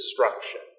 destruction